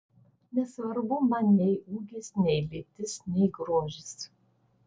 nesvarbu man nei ūgis nei lytis nei grožis